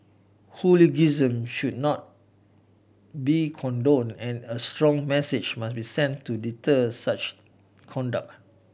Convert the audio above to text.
hooliganism should not be condoned and a strong message must be sent to deter such conduct